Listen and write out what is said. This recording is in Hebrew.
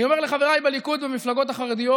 אני אומר לחבריי בליכוד ובמפלגות החרדיות,